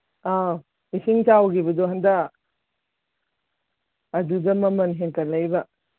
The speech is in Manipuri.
ꯑꯧ ꯏꯁꯤꯡ ꯆꯥꯎꯒꯤꯕꯗꯣ ꯍꯟꯗꯛ ꯑꯗꯨꯗ ꯃꯃꯟ ꯍꯦꯟꯀꯠꯂꯛꯏꯕ